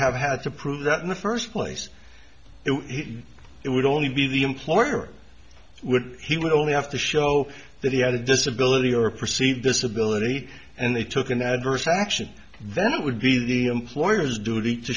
have had to prove that in the first place it would only be the employer would he would only have to show that he had a disability or perceived disability and they took an adverse action then it would be the employer's duty to